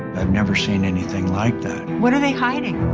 i've never seen anything like that. what are they hiding?